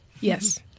Yes